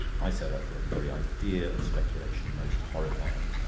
i said i thought the very idea of speculation most horrifying.